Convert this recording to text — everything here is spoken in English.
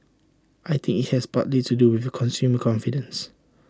I think IT has partly to do with consumer confidence